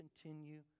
continue